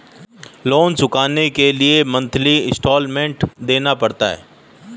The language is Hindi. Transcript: लोन चुकाने के लिए मंथली इन्सटॉलमेंट देना पड़ता है